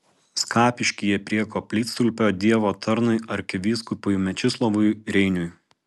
skapiškyje prie koplytstulpio dievo tarnui arkivyskupui mečislovui reiniui